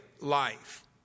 life